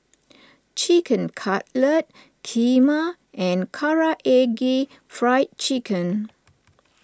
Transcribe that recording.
Chicken Cutlet Kheema and Karaage Fried Chicken